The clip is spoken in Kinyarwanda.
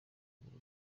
bibiri